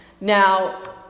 Now